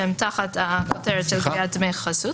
שהן תחת הכותרת של "גביית דמי חסות".